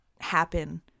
happen